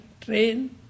train